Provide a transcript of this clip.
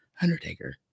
Undertaker